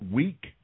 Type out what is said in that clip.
week